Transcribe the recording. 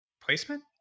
placement